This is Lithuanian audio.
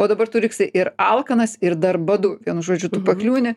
o dabar tu liksi ir alkanas ir dar badu vienu žodžiu tu pakliūni